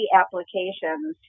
applications